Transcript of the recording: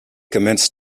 commenced